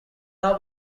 now